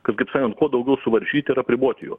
kad kaip sakant kuo daugiau suvaržyt ir apriboti